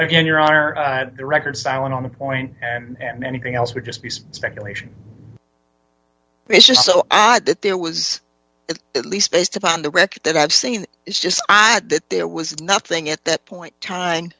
again your honor the records i want on the point and anything else would just be speculation but it's just so odd that there was at least based upon the record that i've seen it's just that there was nothing at that point time